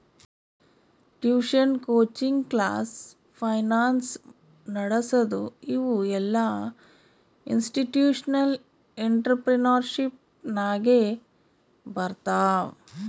tuition, coaching class, finance ನಡಸದು ಇವು ಎಲ್ಲಾಇನ್ಸ್ಟಿಟ್ಯೂಷನಲ್ ಇಂಟ್ರಪ್ರಿನರ್ಶಿಪ್ ನಾಗೆ ಬರ್ತಾವ್